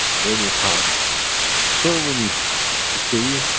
when you have so many deuterium,